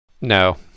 no